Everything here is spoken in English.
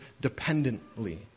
dependently